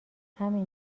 همین